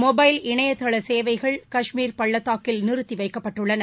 mobile இணையதள ச சேவைகள் கஷ்மீர் பள்ளதாக்கில் நிறுத்தி வைக்கப்பட்டுள்ளன